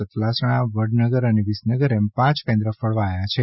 સતલાસમા વડનગર અને વિસનગર એમ પાંચ કેન્દ્ર ફાળવાયા છે